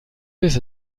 bis